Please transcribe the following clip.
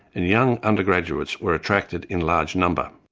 and young undergraduates were attracted in large number.